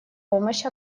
помощь